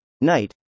night